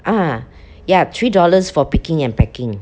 ah ya three dollars for picking and packing